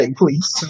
please